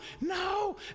no